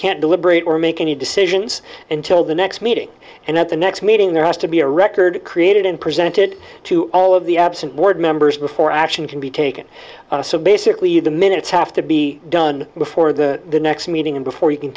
can't deliberate or make any decisions until the next meeting and at the next meeting there has to be a record created and presented to all of the absent board members before action can be taken so basically the minutes have to be done before the next meeting and before you can